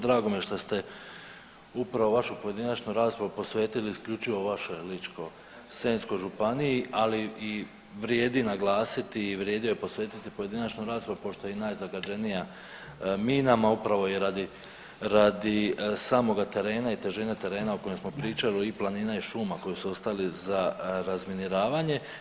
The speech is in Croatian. Drago mi je što ste upravo vašu pojedinačnu raspravu posvetili isključivo vašoj Ličko-senjskoj županiji, ali vrijedi naglasiti i vrijedi joj posvetiti pojedinačnu raspravu pošto je i najzagađenija minama, upravo radi samoga terena i težine terena o kojem smo pričali i planina i šuma koji su ostali za razminiravanje.